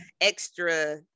extra